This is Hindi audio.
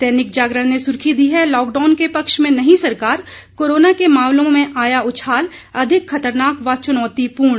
दैनिक जागरण ने सुर्खी दी है लॉकडाउन के पक्ष में नहीं सरकार कोरोना के मामलों में आया उछाल अधिक खतरनाक व च्नौतीपूर्ण